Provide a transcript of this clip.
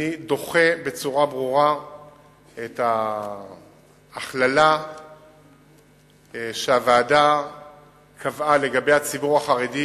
אני דוחה בצורה ברורה את ההכללה שהוועדה קבעה לגבי הציבור החרדי,